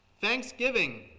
Thanksgiving